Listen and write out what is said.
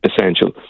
essential